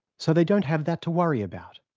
so they don't have that to worry about